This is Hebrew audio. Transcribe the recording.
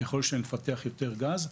ככל שנפתח יותר גז,